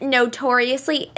notoriously